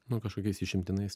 nu kažkokiais išimtinais